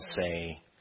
say